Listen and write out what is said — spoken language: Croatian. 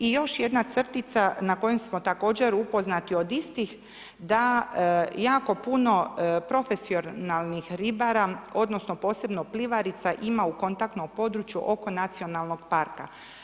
I još jedna crtica na koju smo također upoznati od istih, da jako puno profesionalnih ribara, odnosno posebno plivarica ima u kontaktnom području oko nacionalnog parka.